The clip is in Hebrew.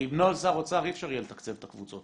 כי עם נוהל שר אוצר אי אפשר יהיה לתקצב את הקבוצות,